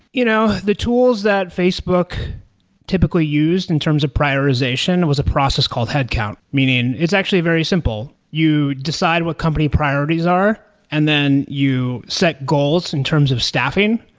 you know the tools that facebook typically used in terms of prioritization was a process called headcount. meaning, it's actually very simple. you decide what company priorities are and then you set goals in terms of staffing.